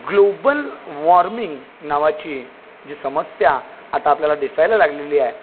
global warming नावाची जी समस्या आता आपल्याला दिसायला लागलेली आहे